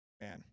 man